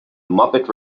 muppet